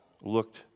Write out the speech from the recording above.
looked